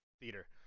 theater